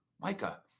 Micah